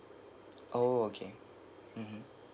oh okay mmhmm